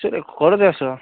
ঘৰতে আছোঁ